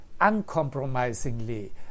uncompromisingly